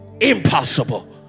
impossible